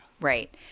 Right